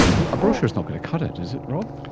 a brochure is not going to cut it, is it, rob?